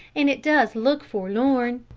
and it does look forlorn.